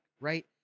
right